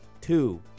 two